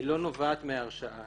לא נובעת מהרשעה.